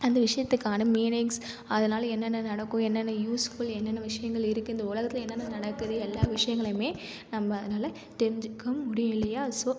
அந்த விஷயத்துக்கான மீனிங்ஸ் அதனால் என்னென்ன நடக்கும் என்னென்ன யூஸ் ஃபுல் என்னென்ன விஷயங்கள் இருக்கு இந்த உலகத்தில் என்னென்ன நடக்குது எல்லா விஷயங்களையுமே நம்ப அதனால் தெரிஞ்சுக்க முடியும் இல்லையா ஸோ